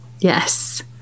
Yes